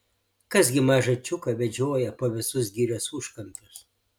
kas gi mažą čiuką vedžiojo po visus girios užkampius